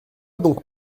donc